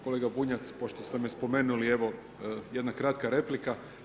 Kolega Bunjac, pošto ste me spomenuli evo jedna kratka replika.